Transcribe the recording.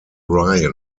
ryan